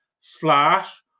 slash